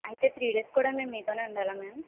అయితే three days కూడా మేము మీతో ఉండాల మ్యామ్